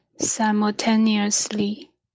simultaneously